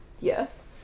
Yes